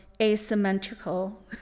asymmetrical